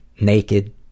naked